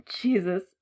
Jesus